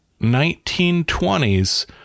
1920s